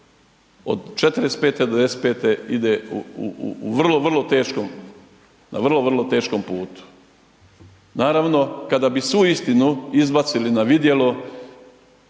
od 45. do 95. ide u vrlo, vrlo teškom na vrlo teškom putu. Naravno kada bi svu istinu izbacili na vidjelo